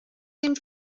dem